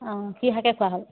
অঁ কি শাকে খোৱা হ'ল